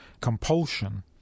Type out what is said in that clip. compulsion